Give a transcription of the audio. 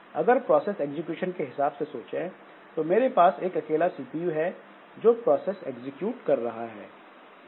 अगर process execution के हिसाब से सोचें तो मेरे पास एक अकेला सीपीयू है जो प्रोसेस एग्जीक्यूट कर रहा है